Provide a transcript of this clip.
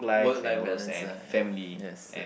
work life balance ah ya yes